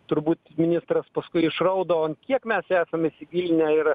turbūt ministras paskui išraudo an kiek mes esam įsigilinę ir